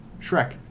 Shrek